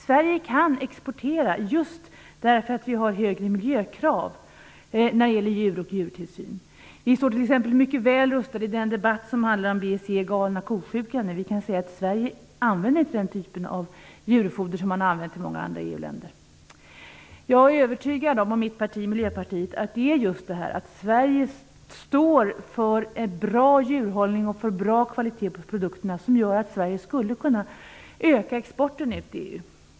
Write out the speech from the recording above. Sverige kan exportera just därför att vi har högre miljökrav när det gäller djur och djurtillsyn. Vi står t.ex. mycket väl rustade i den debatt som handlar om BSE, "galna ko-sjukan". Vi kan säga att man i Sverige inte använder den typ av djurfoder som man har använt i många andra EU-länder. Jag och mitt parti, Miljöpartiet, är övertygade om att det faktum att Sverige står för en bra djurhållning och en god kvalitet på produkterna gör att Sverige skulle kunna öka exporten i EU.